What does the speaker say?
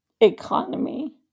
economy